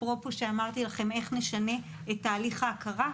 אפרופו שאמרתי לכם איך נשנה את תהליך ההכרה,